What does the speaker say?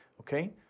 okay